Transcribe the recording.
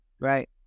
right